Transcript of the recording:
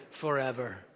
forever